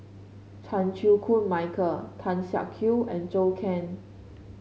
Chan Chew Koon Michael Tan Siak Kew and Zhou Can